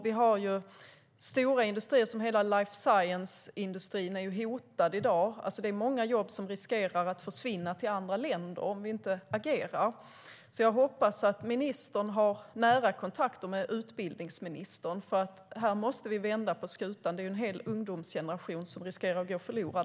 Vi har stora industrier, till exempel hela life science-industrin, som är hotade i dag. Det är många jobb som riskerar att försvinna till andra länder om vi inte agerar. Jag hoppas därför att ministern har nära kontakter med utbildningsministern eftersom vi måste vända på skutan. Det är en hel ungdomsgeneration som annars riskerar att gå förlorad.